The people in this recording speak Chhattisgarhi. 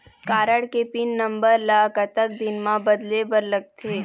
कारड के पिन नंबर ला कतक दिन म बदले बर लगथे?